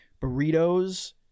burritos